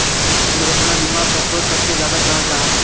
दुर्घटना बीमा सफ़रोत सबसे ज्यादा कराल जाहा